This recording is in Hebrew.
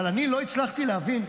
אבל אני לא הצלחתי להבין,